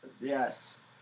Yes